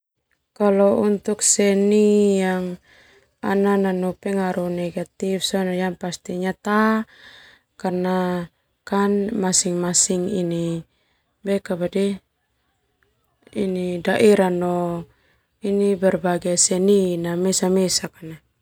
Kalau untuk seni yang nanu pengaruh negatif sona ta karna masing-masing daerah no berbagai seni mesa mesa.